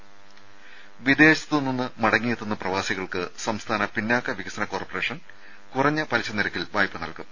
ത വിദേശത്തുനിന്ന് മടങ്ങിയെത്തുന്ന പ്രവാസികൾക്ക് സംസ്ഥാന പിന്നാക്ക വികസന കോർപ്പറേഷൻ കുറഞ്ഞ പലിശ നിരക്കിൽ വായ്പ നൽകും